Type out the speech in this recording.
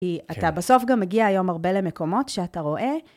כי אתה בסוף גם מגיע היום הרבה למקומות שאתה רואה.